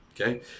okay